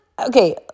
Okay